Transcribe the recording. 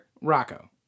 Rocco